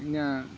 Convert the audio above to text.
ᱤᱧᱟᱹᱜ